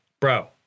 bro